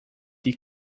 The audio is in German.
die